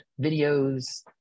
videos